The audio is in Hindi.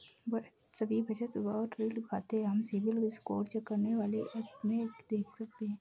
सभी बचत और ऋण खाते हम सिबिल स्कोर चेक करने वाले एप में देख सकते है